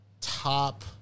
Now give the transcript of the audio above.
top